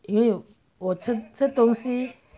因为我称这东西